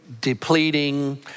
depleting